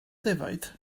defaid